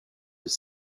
have